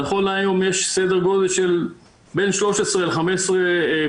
נכון להיום יש סדר גודל של בין 13-15 פעילים,